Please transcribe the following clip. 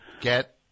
get